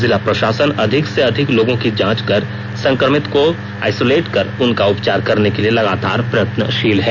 जिला प्रशासन अधिक से अधिक लोगों की जांच कर संक्रमित को आइसोलेट कर उनका उपचार करने के लिए लगातार प्रयत्नशील है